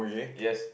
yes